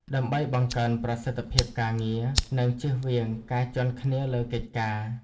ដើម្បីបង្កើនប្រសិទ្ធភាពការងារ និងជៀសវាងការជាន់គ្នាលើកិច្ចការ។